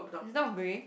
is the dog grey